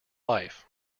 life